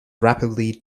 rapidly